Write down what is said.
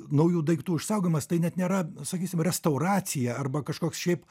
naujų daiktų išsaugojimas tai net nėra sakysim restauracija arba kažkoks šiaip